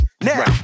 Now